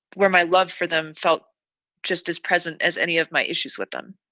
where my love for them felt just as present as any of my issues with them.